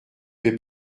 paie